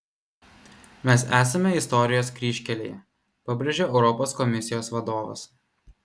mes esame istorijos kryžkelėje pabrėžė europos komisijos vadovas